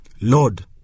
Lord